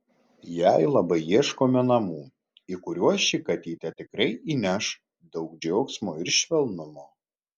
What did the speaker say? jai labai ieškome namų į kuriuos ši katytė tikrai įneš daug džiaugsmo ir švelnumo